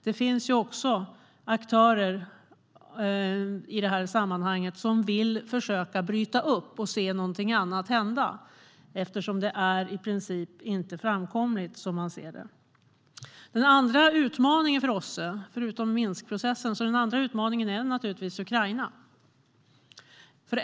Det finns också aktörer i det här sammanhanget som vill försöka bryta upp och se något annat hända, eftersom man ser detta som i princip inte framkomligt. Utmaningen för OSSE är förutom Minskprocessen naturligtvis Ukraina.